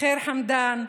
ח'יר חמדאן,